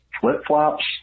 flip-flops